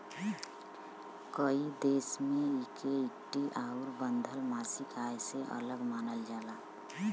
कई देश मे एके इक्विटी आउर बंधल मासिक आय से अलग मानल जाला